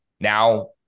now